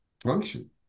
function